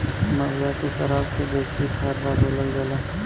महुआ के सराब के देसी ठर्रा बोलल जाला